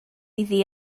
iddi